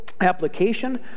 application